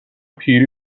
پیری